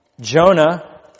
Jonah